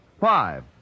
Five